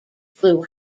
flew